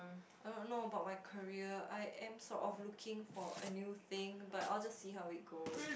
I don't know about my career I am sort of looking for a new thing but I'll just see how it goes